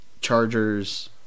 Chargers